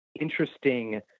interesting